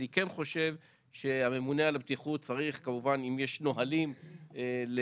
אני כן חושב שהממונה על הבטיחות צריך כמובן אם יש נהלים לעשות